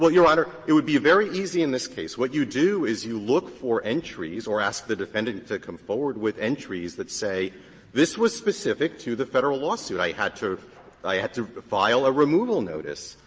your honor, it would be very easy in this case. what you do is you look for entries or ask the defendant to come forward with entries that say this was specific to the federal lawsuit i had to i had to file a removal notice,